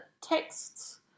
texts